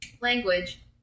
Language